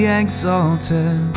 exalted